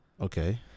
Okay